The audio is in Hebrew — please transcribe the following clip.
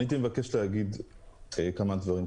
הייתי מבקש לומר כמה דברים.